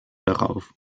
darauf